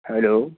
hello